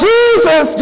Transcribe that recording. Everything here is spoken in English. Jesus